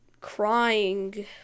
crying